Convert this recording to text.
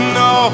no